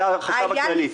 היה רק החשב הכללי.